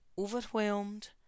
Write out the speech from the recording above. Overwhelmed